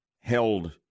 held